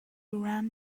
ran